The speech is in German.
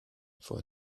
vor